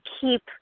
keep